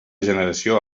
generació